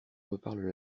reparle